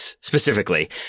specifically